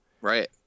right